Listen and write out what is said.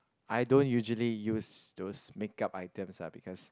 I don't usually use those makeup items ah because